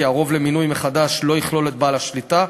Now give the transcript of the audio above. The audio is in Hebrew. כי הרוב למינוי מחדש לא יכלול את בעל השליטה,